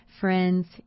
Friends